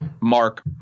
mark